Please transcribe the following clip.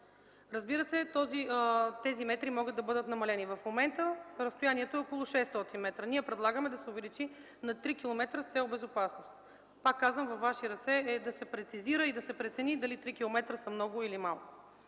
Разбира се, тези метри могат да бъдат намалени. В момента разстоянието е около 600 м. Ние предлагаме да се увеличи на 3 км с цел безопасност. Пак казвам, във ваши ръце е да се прецизира и да се прецени дали 3 км са много или малко.